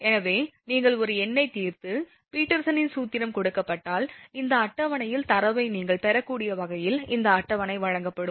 எனவே நீங்கள் ஒரு எண்ணைத் தீர்த்து பீட்டர்சனின் சூத்திரம் கொடுக்கப்பட்டால் இந்த அட்டவணையில் தரவை நீங்கள் பெறக்கூடிய வகையில் இந்த அட்டவணை வழங்கப்படும்